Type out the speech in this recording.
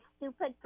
stupid